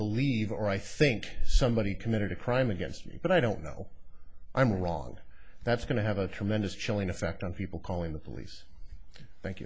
believe or i think somebody committed a crime against you but i don't know i'm wrong that's going to have a tremendous chilling effect on people calling the police thank